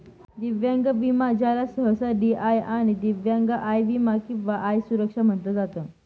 दिव्यांग विमा ज्याला सहसा डी.आय किंवा दिव्यांग आय विमा किंवा आय सुरक्षा म्हटलं जात